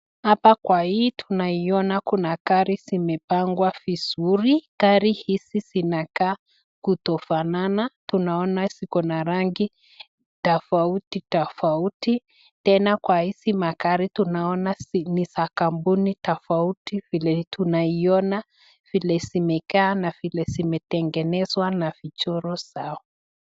Hapa kwa hii tunaiona kuna gari zimepangwa vizuri, gari hizi zinakaa kutofanana, tunaona ziko na rangi tofauti tofauti, tena kwa hizi magari tunaona ni za kampuni tofauti vile tunaiona, vile zimekaa na vile zimetengenezwa na vichoro zao.